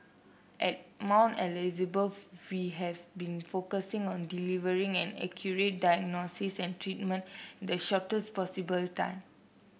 at Mount Elizabeth we have been focusing on delivering an accurate diagnosis and treatment in the shortest possible time